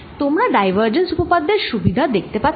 তোমরা ডাইভারজেন্স উপপাদ্যের সুবিধাও দেখতে পাচ্ছ